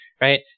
right